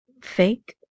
Fake